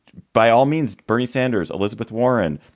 by all means. bernie sanders, elizabeth warren,